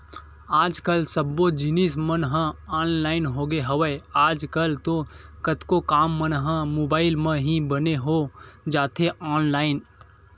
आज कल सब्बो जिनिस मन ह ऑनलाइन होगे हवय, आज कल तो कतको काम मन ह मुबाइल म ही बने हो जाथे ऑनलाइन